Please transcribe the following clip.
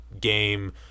game